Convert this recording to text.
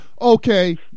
okay